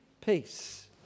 peace